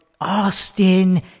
Austin